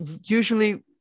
usually